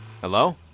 Hello